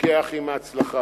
להתווכח עם ההצלחה?